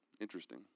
Interesting